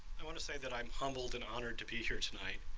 i want to say that i'm humbled and honored to be here tonight.